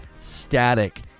static